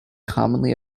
commonly